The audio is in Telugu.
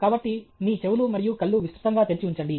కాబట్టి మీ చెవులు మరియు కళ్ళు విస్తృతంగా తెరిచి ఉంచండి